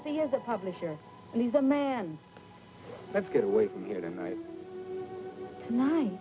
if he has a publisher and he's a man let's get away from here tonight